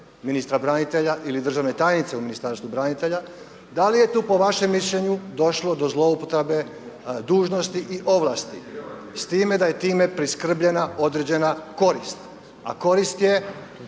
ministra branitelja ili državne tajnice u Ministarstvu branitelja, da li je tu po vašem mišljenju došlo do zloupotrebe dužnosti i ovlasti s time da je time priskrbljena određena korist,